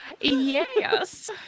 Yes